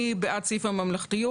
אני בעד סעיף הממלכתיות.